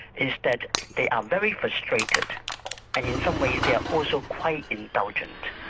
is that they are very frustrated and in some ways they are also quite indulgent.